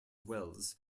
welles